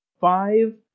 five